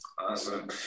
Awesome